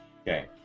Okay